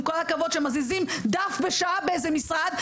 עם כל הכבוד שמזיזים דף בשעה באיזה משרד,